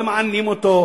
ומענים אותו.